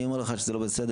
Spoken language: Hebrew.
אני אומר לך שזה לא בסדר,